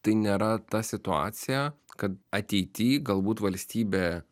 tai nėra ta situacija kad ateity galbūt valstybė